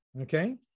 Okay